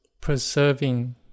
Preserving